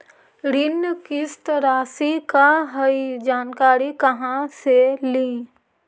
ऋण किस्त रासि का हई जानकारी कहाँ से ली?